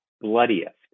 bloodiest